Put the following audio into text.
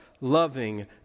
loving